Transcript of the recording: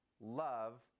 love